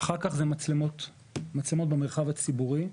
אחר כך מצלמות במרחב הציבורי.